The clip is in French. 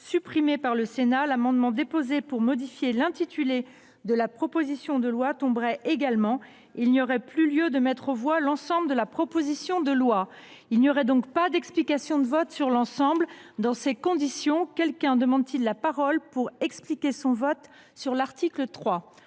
supprimés par le Sénat, l’amendement déposé pour modifier l’intitulé de la proposition de loi deviendrait également sans objet. Il n’y aurait plus lieu de mettre aux voix l’ensemble de la proposition de loi. Il n’y aurait donc pas d’explication de vote sur l’ensemble. Dans ces conditions, quelqu’un demande t il la parole pour expliquer son vote sur l’article 3 ?